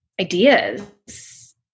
ideas